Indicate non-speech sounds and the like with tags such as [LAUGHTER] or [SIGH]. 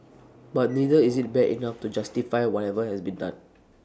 [NOISE] but neither is IT bad enough to justify whatever has been done